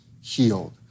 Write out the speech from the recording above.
healed